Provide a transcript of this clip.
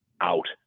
out